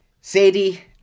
Sadie